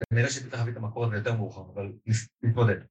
נראה שאתה תביא את המקור יותר מאוחר, אבל נתמודד